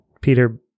Peter